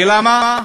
ולמה?